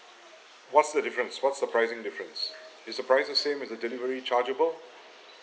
what's the difference what's the pricing difference is the price the same is the delivery chargeable